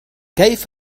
كيف